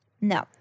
no